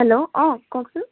hello অ' কওকচোন